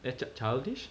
child~ childish